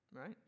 right